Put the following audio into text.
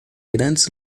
grandes